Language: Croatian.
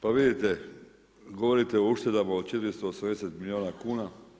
Pa vidite, govorite o uštedama od 480 milijuna kuna.